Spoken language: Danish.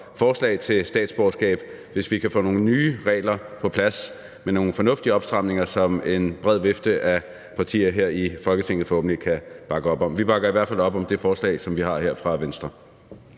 forslag til statsborgerskab, hvis vi kan få nogle nye regler på plads med nogle fornuftige opstramninger, som en bred vifte af partier her i Folketinget forhåbentlig kan bakke op om. Vi bakker i hvert fald op om det forslag, som vi har her fra Venstre.